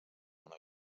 una